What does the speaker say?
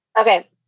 okay